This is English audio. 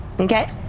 Okay